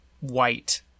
white